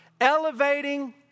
Elevating